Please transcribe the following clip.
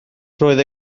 roedd